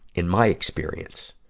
in my experience,